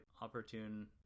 opportune